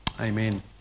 Amen